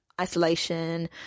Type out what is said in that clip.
isolation